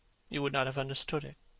you would not have understood it.